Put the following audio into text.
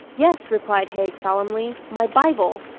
yes, replied haig solemnly, my bible!